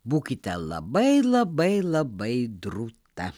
būkite labai labai labai drūta